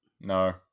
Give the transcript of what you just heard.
No